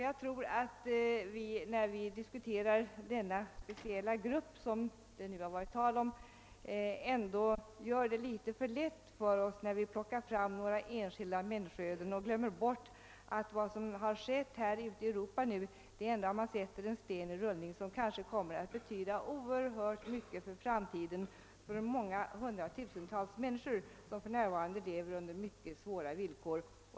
Jag anser att vi, då vi diskuterar den speciella grupp som det nu har varit tal om, gör det litet för lätt för oss när vi plockar fram några enskilda människoöden och glömmer bort vad som har skett ute i Europa — det kanske i framtiden kommer att medföra stora förändringar för hundratusentals människor som för närvarande lever under mycket svåra villkor.